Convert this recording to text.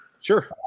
Sure